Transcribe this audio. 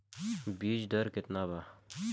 बीज दर केतना बा?